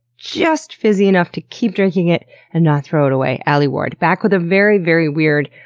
juuust fizzy enough to keep drinking it and not throw it away, alie ward, back with a very, very weird,